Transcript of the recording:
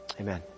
amen